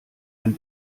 ein